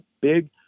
big